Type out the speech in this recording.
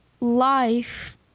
life